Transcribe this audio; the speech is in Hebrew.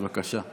בבקשה.